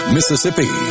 Mississippi